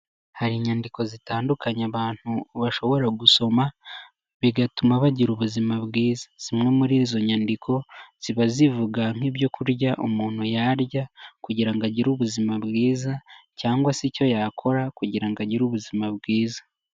Hari inyandiko zitandukanya abantu bashobora gusoma bigatuma bagira ubuzima bwiza, zimwe muri izo nyandiko ziba zivuga nk'ibyo kurya umuntu yarya kugirango agire ubuzima bwiza cyangwa se icyo yakora kugirango agire ubuzima bwiza.